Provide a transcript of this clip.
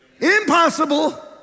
Impossible